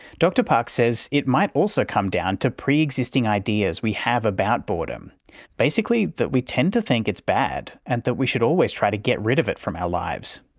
dr park says it might also come down to pre-existing ideas we have about boredom basically, that we tend to think it's bad and that we should always try to get rid of it from our lives.